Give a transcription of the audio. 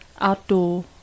outdoor